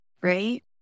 right